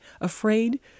afraid